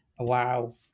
Wow